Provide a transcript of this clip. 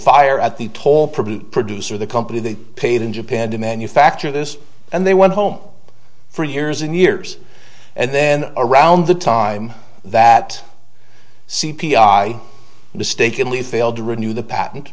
fire at the top producer the company they paid in japan to manufacture this and they went home for years and years and then around the time that c p i mistakenly failed to renew the pat